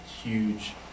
huge